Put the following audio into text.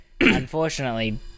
unfortunately